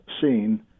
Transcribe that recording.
seen